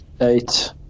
eight